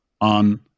on